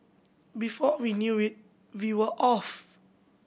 before we knew it we were off